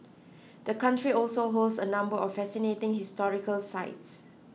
the country also holds a number of fascinating historical sites